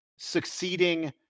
succeeding